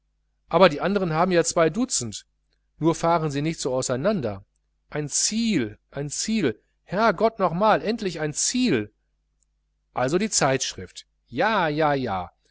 aber die andern haben ja zwei dutzend nur fahren sie nicht so auseinander ein ziel ein ziel herrgott nochmal endlich ein ziel also die zeitschrift ja ja ja